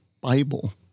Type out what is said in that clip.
Bible